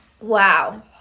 Wow